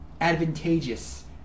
advantageous